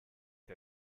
que